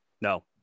No